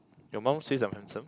your mum says I'm handsome